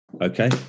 Okay